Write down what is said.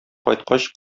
кайткач